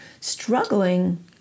struggling